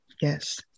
Yes